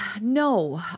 No